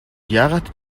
яагаад